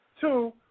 Two